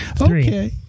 Okay